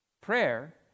prayer